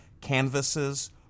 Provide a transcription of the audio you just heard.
Canvases